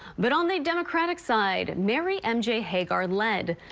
but on the democratic side, mary and yeah hagar led.